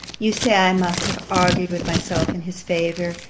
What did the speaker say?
you say, i must have argued with myself in his favour,